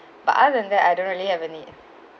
but other than that I don't really have any